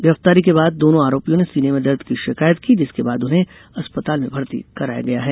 गिरफ़्तारी के बाद दोनों आरोपियों ने सीने में दर्द की शिकायत की जिसके बाद उन्हें अस्पताल में भर्ती कराया गया है